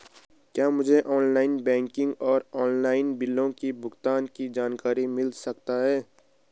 क्या मुझे online banking और ऑनलाइन बिलों के भुगतान की जानकारी मिल सकता है?